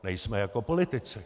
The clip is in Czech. Nejsme jako politici.